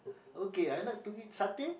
okay I like to eat satay